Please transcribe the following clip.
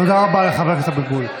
תודה רבה לחבר הכנסת אבוטבול.